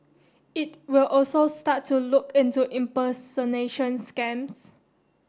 it will also start to look into impersonation scams